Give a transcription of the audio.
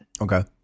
Okay